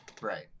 Right